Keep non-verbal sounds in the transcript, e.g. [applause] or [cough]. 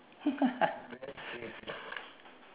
[laughs]